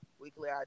weekly